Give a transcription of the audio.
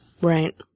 Right